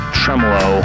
tremolo